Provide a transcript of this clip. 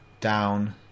down